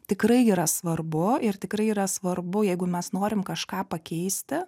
tikrai yra svarbu ir tikrai yra svarbu jeigu mes norim kažką pakeisti